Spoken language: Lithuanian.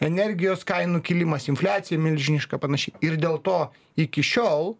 energijos kainų kilimas infliacija milžiniška panašiai ir dėl to iki šiol